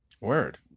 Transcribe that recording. Word